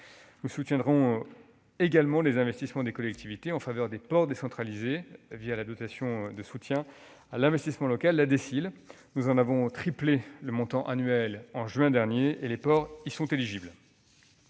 Nous soutiendrons également les investissements des collectivités en faveur des ports décentralisés, la dotation de soutien à l'investissement local (DSIL). Nous en avons triplé le montant annuel en juin dernier, et les ports y sont éligibles.